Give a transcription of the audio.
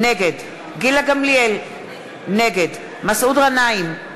נגד גילה גמליאל, נגד מסעוד גנאים,